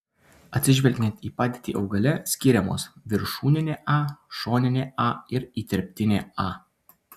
atsižvelgiant į padėtį augale skiriamos viršūninė a šoninė a ir įterptinė a